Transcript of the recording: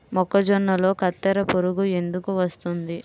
మొక్కజొన్నలో కత్తెర పురుగు ఎందుకు వస్తుంది?